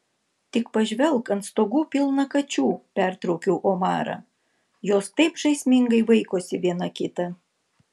tik pažvelk ant stogų pilna kačių pertraukiau omarą jos taip žaismingai vaikosi viena kitą